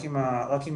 רק אם